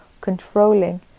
controlling